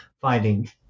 finding